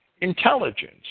intelligence